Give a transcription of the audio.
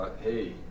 Hey